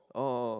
oh oh oh